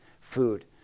food